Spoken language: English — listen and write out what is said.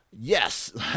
yes